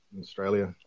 Australia